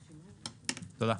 תודה.